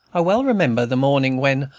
i well remember the morning when,